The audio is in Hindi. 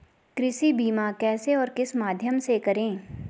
कृषि बीमा कैसे और किस माध्यम से करें?